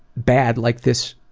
bad like this,